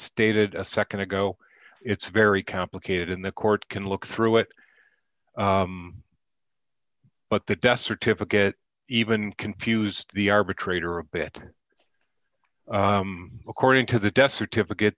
stated a nd ago it's very complicated in the court can look through it but the death certificate even confused the arbitrator a bit according to the death certificate